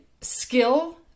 skill